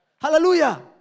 Hallelujah